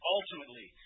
Ultimately